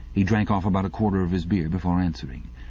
he drank off about a quarter of his beer before answering.